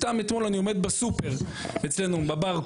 סתם אתמול אני עומד בסופר אצלנו בברכול,